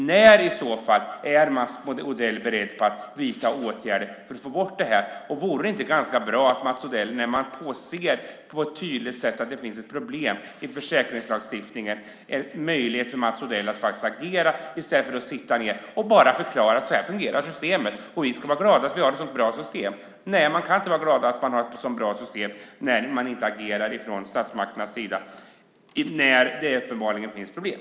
När är Mats Odell i så fall beredd att vidta åtgärder för att få bort detta? Här ser vi tydligt att det finns ett problem i försäkringslagstiftningen. Här har Mats Odell möjlighet att agera i stället för att bara sitta ned och förklara att så här fungerar systemet och att vi ska vara glada att vi har ett sådant bra system. Man kan inte vara glad att man har ett sådant bra system när statsmakterna inte agerar där det uppenbarligen finns problem.